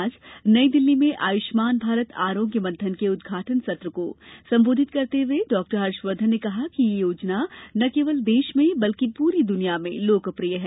आज नई दिल्ली में आयुष्मान भारत आरोग्य मंथन के उद्घाटन सत्र को सम्बोधित करते हुए डॉक्टर हर्षवर्धन ने कहा कि यह योजना न केवल देश में बल्कि पूरी दुनिया में लोकप्रिय है